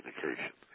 communication